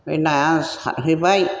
नाया साथहैबाय